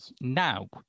now